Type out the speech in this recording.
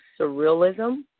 surrealism